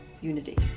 unity